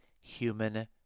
human